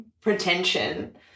pretension